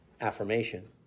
Affirmation